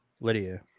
Lydia